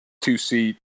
two-seat